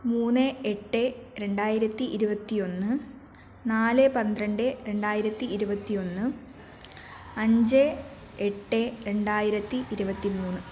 മൂന്ന് എട്ട് രണ്ടായിരത്തി ഇരുപത്തി ഒന്ന് നാല് പന്ത്രണ്ട് രണ്ടായിരത്തി ഇരുപത്തി ഒന്ന് അഞ്ച് എട്ട് രണ്ടായിരത്തി ഇരുപത്തി മൂന്ന്